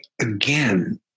again